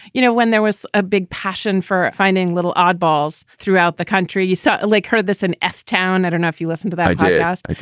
you know, when there was a big passion for finding little oddballs throughout the country. you saw like her this in s town. that enough? you listen to that idea. yeah i could.